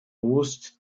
ost